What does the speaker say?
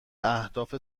اهداف